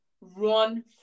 run